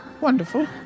Wonderful